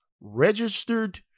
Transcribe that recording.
Registered